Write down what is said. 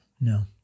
No